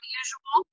usual